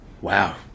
wow